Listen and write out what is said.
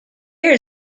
there